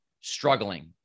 struggling